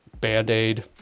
Band-Aid